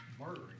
murdering